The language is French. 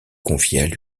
confiait